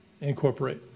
incorporate